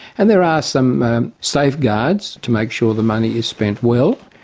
and there are some safeguards to make sure the money is spent well,